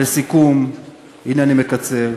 לסיכום, הנה, אני מקצר,